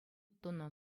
тунӑ